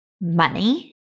money